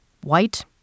white